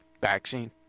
vaccine